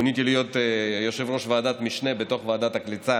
מוניתי להיות יושב-ראש ועדת משנה בתוך ועדת הקליטה